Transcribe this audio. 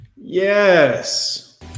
Yes